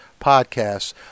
podcasts